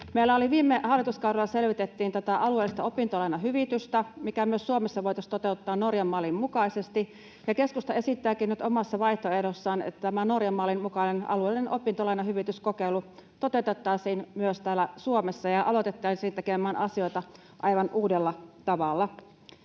Meillä viime hallituskaudella selvitettiin tätä alueellista opintolainahyvitystä, mikä myös Suomessa voitaisi toteuttaa Norjan-mallin mukaisesti. Keskusta esittääkin nyt omassa vaihtoehdossaan, että tämä Norjan-mallin mukainen alueellinen opintolainahyvityskokeilu toteutettaisiin myös täällä Suomessa ja aloitettaisiin tekemään asioita aivan uudella tavalla.